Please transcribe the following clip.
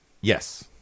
yes